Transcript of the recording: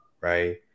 Right